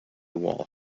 wall